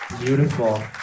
Beautiful